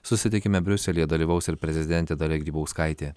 susitikime briuselyje dalyvaus ir prezidentė dalia grybauskaitė